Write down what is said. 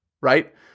right